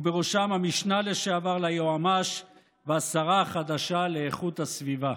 ובראשן המשנה לשעבר ליועמ"ש והשרה החדשה לאיכות הסביבה.